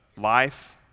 life